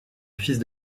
fils